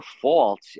fault